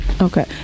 okay